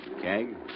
Keg